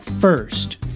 First